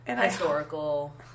historical